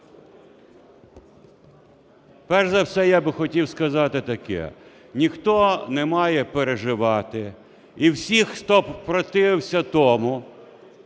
Перш за все я хотів би сказати таке. Ніхто не має переживати і всі, хто противився тому